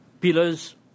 pillars